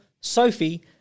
Sophie